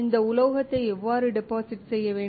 இந்த உலோகத்தை எவ்வாறு டெபாசிட் செய்ய வேண்டும்